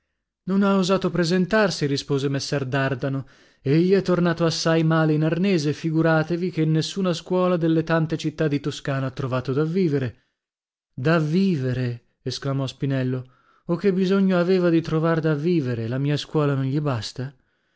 non ha osato presentarsi rispose messer dardano egli è tornato assai male in arnese figuratevi che in nessuna scuola delle tante città di toscana ha trovato da vivere da vivere esclamò spinello o che bisogno aveva di trovar da vivere la mia scuola non gli basta